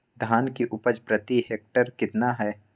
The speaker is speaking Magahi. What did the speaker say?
धान की उपज प्रति हेक्टेयर कितना है?